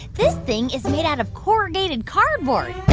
this thing is made out of corrugated cardboard.